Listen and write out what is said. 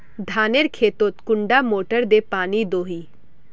धानेर खेतोत कुंडा मोटर दे पानी दोही?